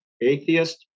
atheist